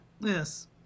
Yes